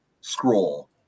scroll